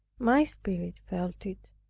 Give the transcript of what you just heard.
my spirit felt it,